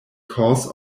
cause